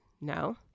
No